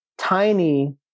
Tiny